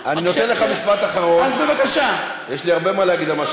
ואנחנו נעשה את הכול כדי להוציא אתכם,